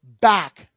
back